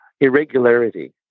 Irregularity